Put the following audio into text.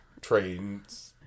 trains